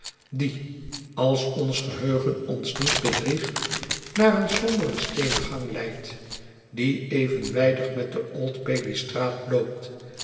die als ons geheugen ons niet bedriegt naar een somberen steenen gang leidt die evenwijdig metde old b ail e y straat loopt